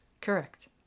Correct